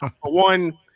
one